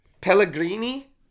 Pellegrini